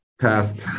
past